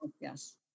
Yes